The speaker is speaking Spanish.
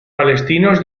palestinos